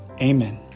Amen